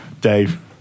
Dave